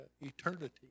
eternity